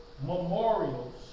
memorials